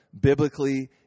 biblically